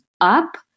up